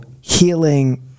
healing